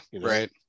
right